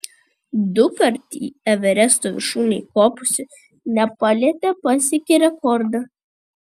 dukart į everesto viršūnę įkopusi nepalietė pasiekė rekordą